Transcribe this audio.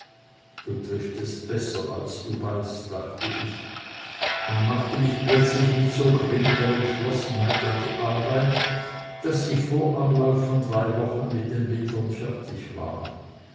du triffst es besser als du weißt dachte ich und machte mich plötzlich mit so grimmiger entschlossenheit an die arbeit daß ich vor ablauf von drei wochen mit den bildern fertig war